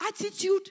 Attitude